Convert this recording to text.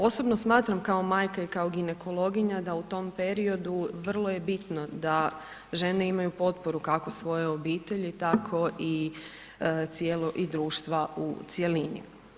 Osobno smatram kao majka i kao ginekologinja da u tom periodu vrlo je bitno da žene imaju potporu kako svoje obitelji, tako i cijelog društva u cjelini.